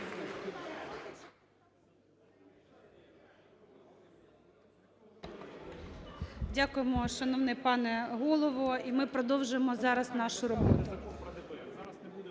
Дякуємо, шановний пане Голово. І ми продовжимо зараз нашу роботу.